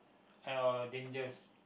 or dangers